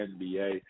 NBA